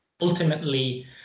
ultimately